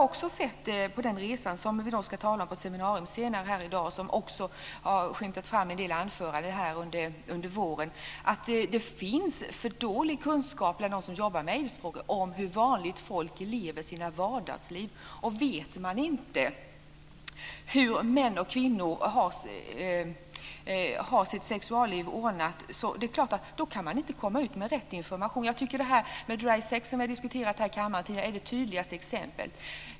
På den resa som vi ska tala om på ett seminarium senare här i dag och som har skymtat fram i en del anföranden under våren fick vi veta att det finns för liten kunskap bland dem som jobbar med aidsfrågor om hur vanligt folk lever i sina vardagsliv. Vet man inte hur män och kvinnor har sitt sexualliv ordnat, kan man inte gå ut med rätt information. Jag tycker att det här med dry sex som vi tidigare har diskuterat här i kammaren är det tydligaste exemplet.